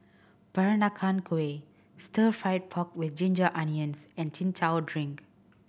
Peranakan Kueh Stir Fried Pork With Ginger Onions and Chin Chow drink